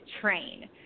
train